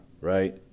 right